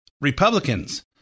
Republicans